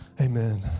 amen